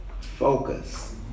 focus